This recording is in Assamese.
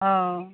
অ